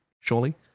Surely